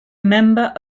member